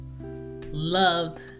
loved